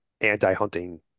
anti-hunting